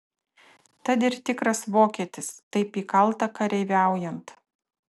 tad ir tikras vokietis taip įkalta kareiviaujant